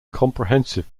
comprehensive